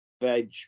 veg